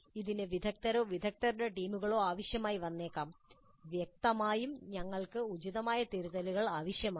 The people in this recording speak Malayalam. ഇതിന് വിദഗ്ദ്ധരോ വിദഗ്ദ്ധരുടെ ടീമുകളോ ആവശ്യമായി വന്നേക്കാം വ്യക്തമായും ഞങ്ങൾക്ക് ഉചിതമായ തിരുത്തലുകൾ ആവശ്യമാണ്